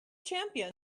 champion